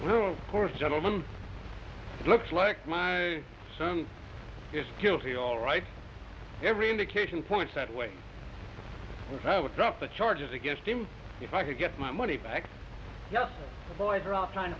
do of course gentlemen it looks like my son is guilty all right every indication points that way i would drop the charges against him if i could get my money back as well trying to